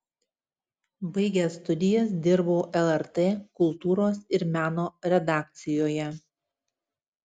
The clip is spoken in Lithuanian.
baigęs studijas dirbau lrt kultūros ir meno redakcijoje